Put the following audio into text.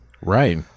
right